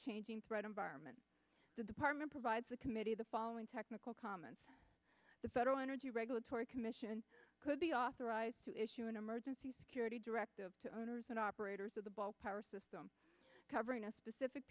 changing threat environment the department provides the committee the following technical comments the federal energy regulatory commission could be authorized to issue an emergency security directive to owners and operators of the ball power system covering a specific